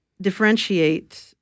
differentiate